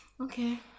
Okay